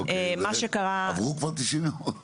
עברו כבר 90 ימים?